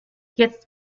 jetzt